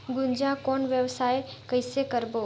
गुनजा कौन व्यवसाय कइसे करबो?